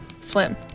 swim